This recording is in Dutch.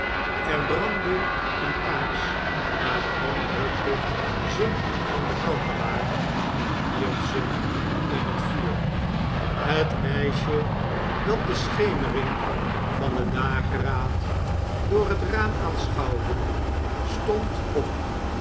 ér brandde eene kaars maar de man rukte ze van de kandelaar en wierp ze in het vuur het meisje dat de schemering van den dageraad door het raam aanschouwde stond op